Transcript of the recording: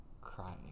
crying